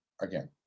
again